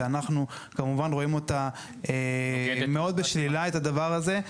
שאנחנו כמובן רואים אותה מאוד בשלילה את הדבר הזה.